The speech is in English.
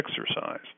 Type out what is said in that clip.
exercise